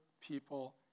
people